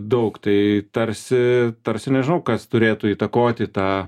daug tai tarsi tarsi nežinau kas turėtų įtakoti tą